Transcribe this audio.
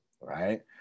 right